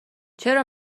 چرا